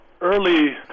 early